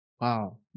Wow